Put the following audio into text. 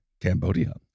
Cambodia